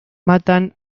matan